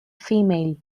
female